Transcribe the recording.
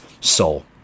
soul